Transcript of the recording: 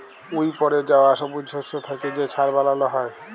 উইপড়ে যাউয়া ছবুজ শস্য থ্যাইকে যে ছার বালাল হ্যয়